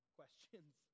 questions